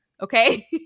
Okay